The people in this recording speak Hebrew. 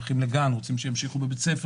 העובדה